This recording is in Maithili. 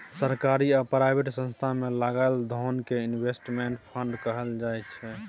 सरकारी आ प्राइवेट संस्थान मे लगाएल धोन कें इनवेस्टमेंट फंड कहल जाय छइ